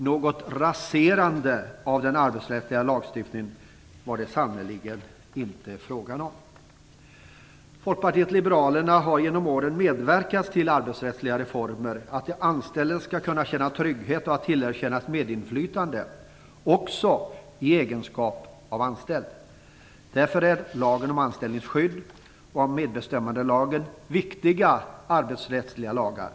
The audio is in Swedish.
Något raserande av den arbetsrättsliga lagstiftningen var det sannerligen inte fråga om. Folkpartiet liberalerna har genom åren medverkat till arbetsrättsliga reformer. Man skall kunna känna trygghet och tillerkännas medinflytande - också i egenskap av anställd. Därför är lagen om anställningsskydd och medbestämmandelagen viktiga arbetsrättsliga lagar.